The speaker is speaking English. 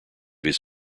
his